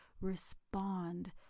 respond